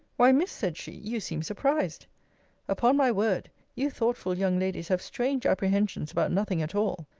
why, miss, said she, you seem surprised upon my word, you thoughtful young ladies have strange apprehensions about nothing at all.